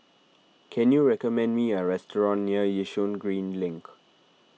can you recommend me a restaurant near Yishun Green Link